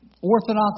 Orthodox